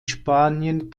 spanien